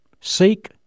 Seek